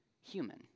human